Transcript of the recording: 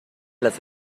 las